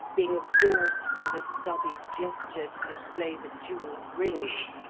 being absorbed by the studied gesture to display the jewelled ring,